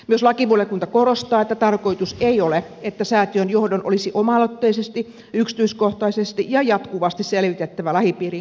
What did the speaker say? myös lakivaliokunta korostaa että tarkoitus ei ole että säätiön johdon olisi oma aloitteisesti yksityiskohtaisesti ja jatkuvasti selvitettävä lähipiiriin kuuluvat